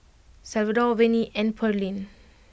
Salvador Vernie and Pearlene